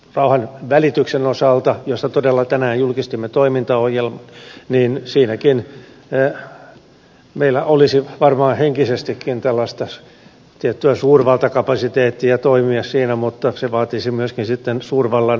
sitten rauhanvälityksenkin osalta josta todella tänään julkistimme toimintaohjelman meillä olisi varmaan henkisestikin tällaista tiettyä suurvaltakapasiteettia toimia mutta se vaatisi myöskin sitten suurvallan resurssit